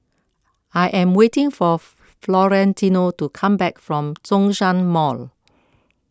I am waiting for Florentino to come back from Zhongshan Mall